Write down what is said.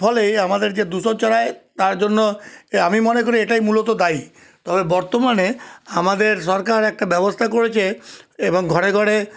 ফলেই আমাদের যে দূষণ ছড়ায় তার জন্য আমি মনে করি এটাই মূলত দায়ী তবে বর্তমানে আমাদের সরকার একটা ব্যবস্থা করেছে এবং ঘরে ঘরে